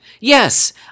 Yes